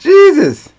Jesus